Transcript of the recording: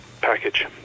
package